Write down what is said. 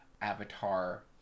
Avatar